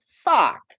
fuck